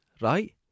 Right